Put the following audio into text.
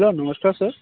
hello नमस्कार sir